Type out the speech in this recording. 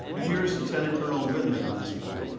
and here is lieutenant colonel zinman on this point.